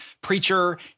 Preacher